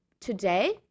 Today